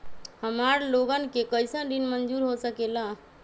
हमार लोगन के कइसन ऋण मंजूर हो सकेला?